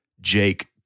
Jake